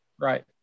Right